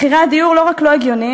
מחירי הדיור לא רק לא הגיוניים,